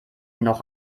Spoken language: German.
noch